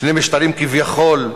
שני משטרים כביכול,